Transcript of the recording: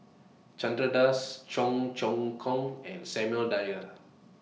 Chandra Das Cheong Choong Kong and Samuel Dyer